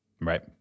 Right